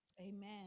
Amen